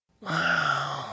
Wow